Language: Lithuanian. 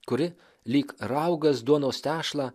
kuri lyg raugas duonos tešlą